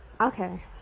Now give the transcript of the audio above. okay